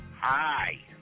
Hi